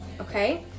Okay